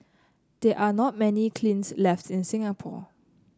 there are not many kilns left in Singapore